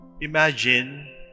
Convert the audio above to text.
Imagine